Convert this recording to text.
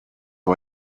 who